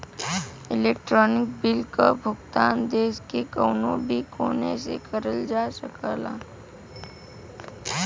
electronic bill क भुगतान देश के कउनो भी कोने से करल जा सकला